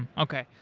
okay.